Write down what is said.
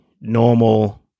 normal